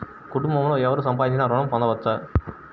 కుటుంబంలో ఎవరు సంపాదించినా ఋణం పొందవచ్చా?